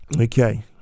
Okay